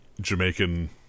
Jamaican